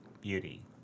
beauty